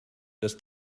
dass